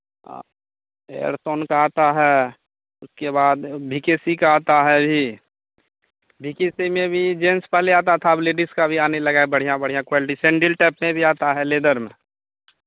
आ एयरसोन का आता है उसके बाद भी के सी का आता है यही भी के सी में भी जेन्स पहले आता था अब लेडिस का भी आने लगा है बढ़ियाँ बढ़ियाँ क्वालिटी सेंडिल टाइप में भी आता है लेदर में